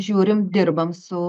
žiūrim dirbam su